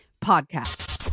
Podcast